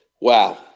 wow